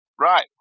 Right